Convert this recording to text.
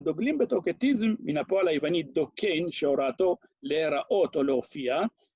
דוגלים בדוקטיזם מן הפועל היוונית דוקיין שהוראתו להיראות או להופיע